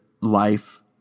life